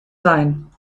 sein